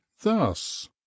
thus